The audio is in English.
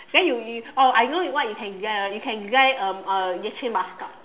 then you you oh I know what you can design uh you can design um uh bathtub